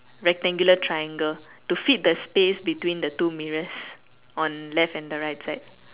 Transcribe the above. rectangular triangle to fit the space between the two mirrors on left hand and the right side